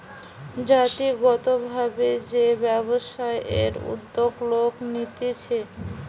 জাতিগত ভাবে যে ব্যবসায়ের উদ্যোগ লোক নিতেছে